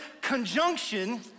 conjunction